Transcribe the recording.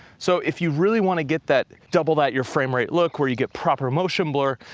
so, if you really wanna get that double that your frame rate look where you get proper motion blur,